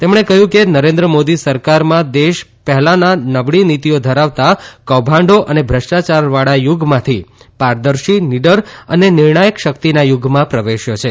તેમણે કહ્યું કે નરેન્દ્ર માદી સરકારમાં દેશ પહેલાંના નબળી નીતિઓ ધરાવતા કૌભાંડ ને ભ્રષ્ટાયારવાળા યુગમાંથી પારદર્શિ નીડર ને નિર્ણાયક શક્તિના યુગમાં પ્રવેશ્ય છે